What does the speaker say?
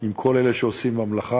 עם כל אלה שעושים במלאכה,